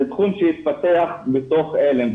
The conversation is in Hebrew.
זה תחום שהתפתח בתוך עלם.